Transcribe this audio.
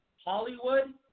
Hollywood